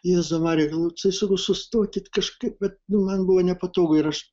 jėzau marija galvojau tai sakau sustokit kažkaip bet nu man buvo nepatogu ir aš